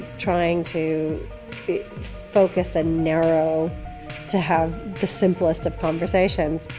trying to focus and narrow to have the simplest of conversations.